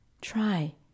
try